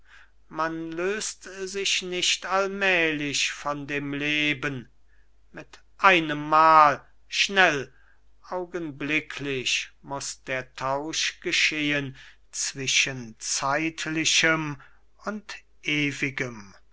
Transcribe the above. man löst sich nicht allmählich von dem leben mit einem mal schnell augenblicklich muß der tausch geschehen zwischen zeitlichem und ewigem